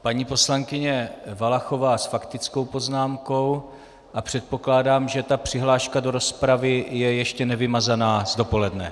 Paní poslankyně Valachová s faktickou poznámkou a předpokládám, že ta přihláška do rozpravy je ještě nevymazaná z dopoledne.